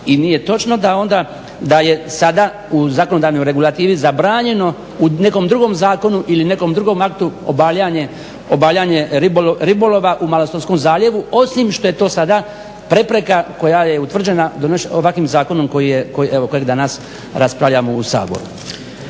I nije točno da onda da je sada u zakonodavnoj regulativi zabranjeno u nekom drugom zakonu ili nekom drugom aktu obavljanje ribolova u Malostonskom zaljevu osim što je to sada prepreka koja je utvrđena ovakvim zakonom koji danas raspravljamo u Saboru.